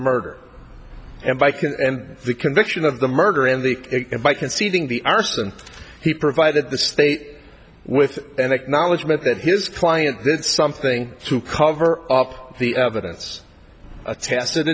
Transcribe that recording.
murder and bike and the conviction of the murder and the and by conceding the arson he provided the state with an acknowledgment that his client did something to cover up the evidence a tacit